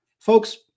Folks